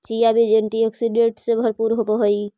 chia बीज antioxidant से भरपूर होवअ हई